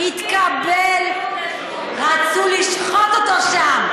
הפטריארך בבית לחם התקבל, רצו לשחוט אותו שם.